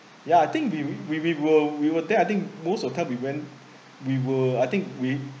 ya I think we we we were we were there I think most of time we went we were I think we